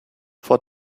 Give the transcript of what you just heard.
vor